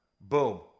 boom